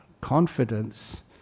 confidence